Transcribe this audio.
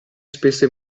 spesso